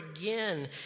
again